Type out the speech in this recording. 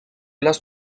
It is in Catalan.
les